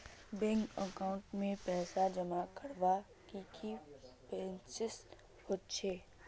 Bank account में पैसा जमा करवार की की प्रोसेस होचे?